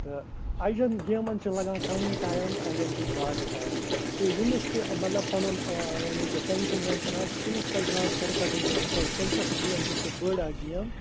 تہٕ اَجَن گیمَن چھِ لَگان کَمٕے ٹایم تہٕ اَجَن چھِ زیادٕ ٹایِم تہٕ ییٚمِس تہِ مطلب پَنُن آ یعنی کہِ ٹینشَن وینشَن آسہِ تٔمِس پَزِ زیادٕ کِرکَٹٕے گِنٛدُن کیٛازِ کِرکَٹ گیم چھِ سٔہ بٔڑ اَکھ گیم